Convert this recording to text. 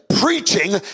preaching